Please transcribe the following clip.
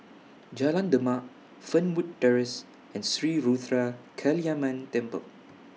Jalan Demak Fernwood Terrace and Sri Ruthra Kaliamman Temple